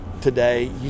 today